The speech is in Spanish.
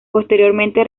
posteriormente